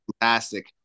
fantastic